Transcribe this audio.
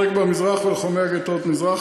רגבה מזרח ולוחמי-הגטאות מזרח,